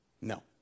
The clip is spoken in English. No